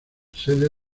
sede